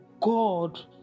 God